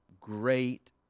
Great